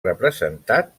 representat